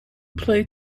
play